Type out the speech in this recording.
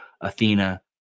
Athena